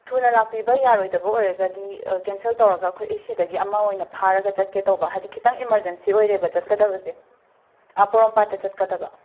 ꯊꯨꯅ ꯂꯥꯛꯄꯤꯕ ꯌꯥꯔꯣꯏꯗꯕ ꯑꯣꯏꯔꯒꯗꯤ ꯀꯦꯟꯁꯦꯜ ꯇꯧꯔꯒ ꯑꯩꯈꯣꯏ ꯑꯩ ꯁꯤꯗꯒꯤ ꯑꯃ ꯑꯣꯏꯅ ꯐꯔꯥꯒ ꯆꯠꯀꯦ ꯇꯧꯕ ꯍꯥꯏꯗꯤ ꯈꯤꯇꯪ ꯏꯃꯔꯖꯦꯟꯁꯤ ꯑꯣꯏꯔꯦꯕ ꯆꯠꯀꯗꯕꯁꯦ ꯄꯣꯔꯣꯝꯄꯥꯠꯇ ꯆꯠꯀꯗꯕ